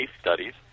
studies